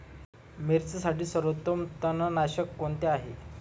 मिरचीसाठी सर्वोत्तम तणनाशक कोणते आहे?